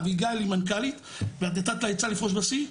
אביגיל היא מנכ"לית ואת נתת לה עצה לפרוש בשיא.